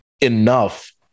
enough